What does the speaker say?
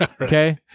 okay